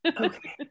Okay